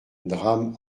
drame